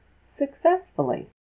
successfully